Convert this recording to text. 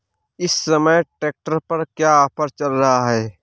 इस समय ट्रैक्टर पर क्या ऑफर चल रहा है?